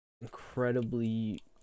incredibly